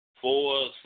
Four